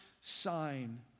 sign